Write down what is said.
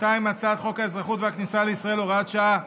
הצעת חוק האזרחות והכניסה לישראל (הוראת שעה),